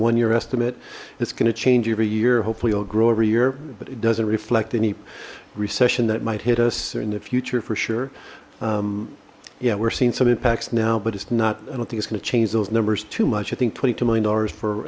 one year estimate it's gonna change every year hopefully i'll grow every year but it doesn't reflect any recession that might hit us or in the future for sure yeah we're seeing some impacts now but it's not i don't think it's gonna change those numbers too much i think twenty two million dollars for